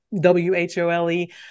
w-h-o-l-e